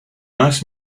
ask